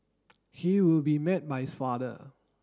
he will be met by his father